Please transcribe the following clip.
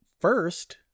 first